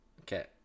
Okay